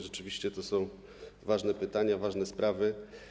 Rzeczywiście to są ważne pytania, ważne sprawy.